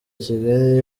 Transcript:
kigali